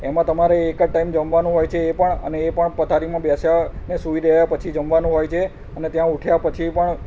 એમાં તમારે એક જ ટાઈમ જમવાનું હોય છે એ પણ અને એ પણ પથારીમાં બેસ્યા અને સૂઈ ગયા પછી જમવાનું હોય છે અને ત્યાં ઉઠ્યા પછી પણ